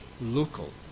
local